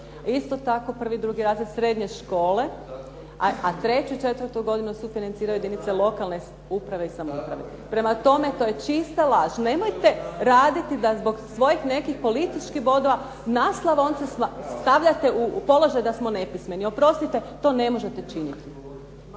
Isto tako prvi, drugi razred srednje škole, a treću i četvrtu godinu sufinanciraju jedinice lokalne uprave i samouprave. Prema tome, to je čista laž, nemojte raditi da zbog svojih nekih političkih bodova naslova nas stavljate u položaj da smo nepismeni. Oprostite to ne možete činiti.